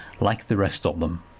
like the rest of them.